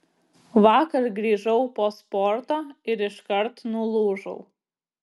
vakar grįžau po sporto ir iškart nulūžau